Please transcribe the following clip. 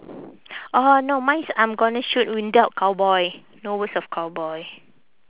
orh no mine is I'm gonna shoot without cowboy no words of cowboy